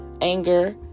anger